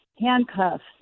handcuffs